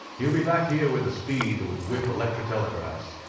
he'll be back here with a speed that would whip electro-telegraphs.